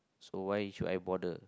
so why should I bother